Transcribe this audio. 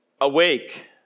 Awake